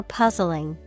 puzzling